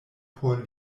por